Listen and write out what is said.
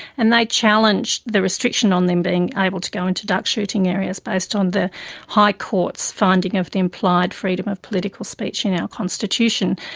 and they challenged the restriction on them being able to go into duck shooting areas based on the high court's finding of the implied freedom of political speech in our constitution.